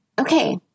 okay